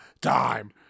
time